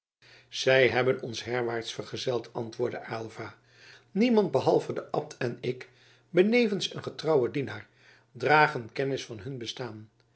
zij hebben ons herwaarts vergezeld antwoordde aylva niemand behalve de abt en ik benevens een getrouwe dienaar dragen kennis van hun bestaan